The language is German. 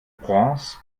prince